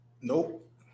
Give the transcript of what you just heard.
nope